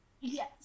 Yes